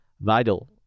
vital